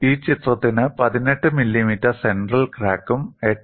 ഈ ചിത്രത്തിന് 18 millimetre central ക്രാക്കും 8